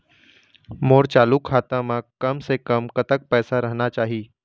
मोर चालू खाता म कम से कम कतक पैसा रहना चाही?